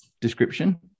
description